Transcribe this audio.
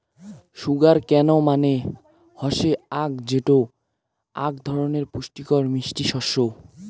sugar cane মানে হসে আখ যেটো আক ধরণের পুষ্টিকর মিষ্টি শস্য